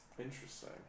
interesting